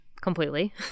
completely